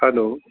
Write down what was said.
hello